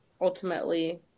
ultimately